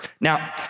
Now